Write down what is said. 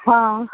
ہاں